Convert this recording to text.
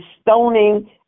stoning